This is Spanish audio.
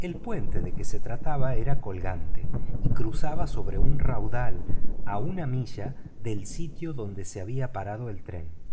el puente de que se trataba era colgante y cruzaba sobre el torrente a una milla del sitio donde se había parado el tren